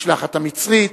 המשלחת המצרית,